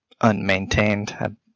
unmaintained